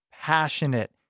passionate